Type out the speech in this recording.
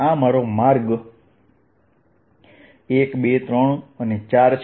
આ મારો માર્ગ 1 2 3 અને 4 છે